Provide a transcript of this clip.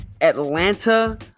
Atlanta